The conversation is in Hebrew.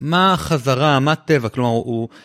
מה החזרה, מה הטבע, כלומר הוא...